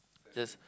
just